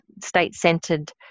state-centred